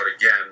again